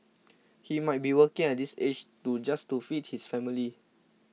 he might be working at this age too just to feed his family